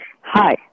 Hi